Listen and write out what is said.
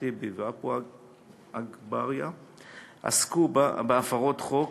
טיבי ועפו אגבאריה עסקו בהפרות חוק,